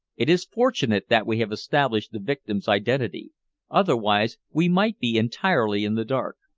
it is fortunate that we have established the victim's identity otherwise we might be entirely in the dark.